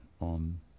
on